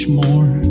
more